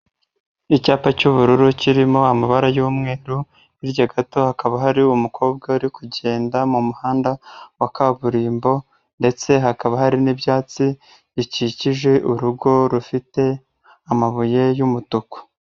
Icyapa cy'ubururu kirimo amabara y'umweru hirya gato hakaba hari umukobwa uri kugenda mu muhanda wa kaburimbo ndetse hakaba hari n'ibyatsi bikikije urugo rufite amabuye y'umutuku.